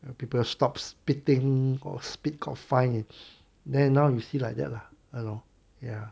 people stops spitting or spit got fine it's then now you see like that you know ya